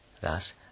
Thus